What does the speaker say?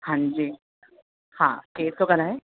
हां जी हा केरू थो ॻाल्हाए